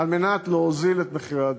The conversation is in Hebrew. על מנת להוזיל את מחירי הדירות,